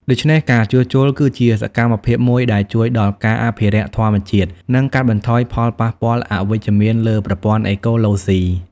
ដូច្នេះការជួសជុលគឺជាសកម្មភាពមួយដែលជួយដល់ការអភិរក្សធម្មជាតិ និងកាត់បន្ថយផលប៉ះពាល់អវិជ្ជមានលើប្រព័ន្ធអេកូឡូស៊ី។